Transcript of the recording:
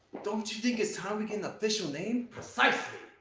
don't you think it's time we get an official name? precisely,